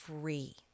free